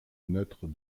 neutre